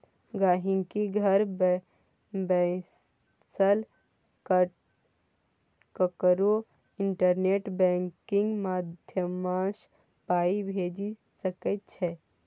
गांहिकी घर बैसल ककरो इंटरनेट बैंकिंग माध्यमसँ पाइ भेजि सकै छै